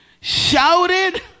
shouted